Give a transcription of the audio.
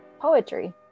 poetry